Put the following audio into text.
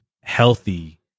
healthy